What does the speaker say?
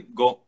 go